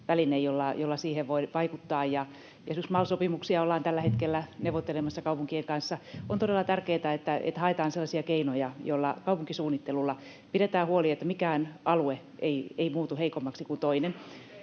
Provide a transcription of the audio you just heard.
väline, jolla siihen voi vaikuttaa. Esimerkiksi MAL-sopimuksia ollaan tällä hetkellä neuvottelemassa kaupunkien kanssa. On todella tärkeätä, että haetaan sellaisia kaupunkisuunnittelun keinoja, joilla pidetään huoli, että mikään alue ei muutu heikommaksi kuin toinen.